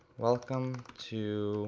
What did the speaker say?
welcome to